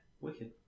wicked